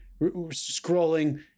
scrolling